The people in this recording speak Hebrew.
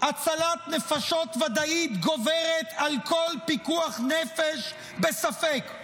הצלת נפשות ודאית גוברת על כל פיקוח נפש בספק.